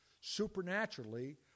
supernaturally